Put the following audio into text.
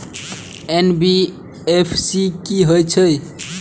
NBFC की हे छे?